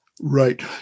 Right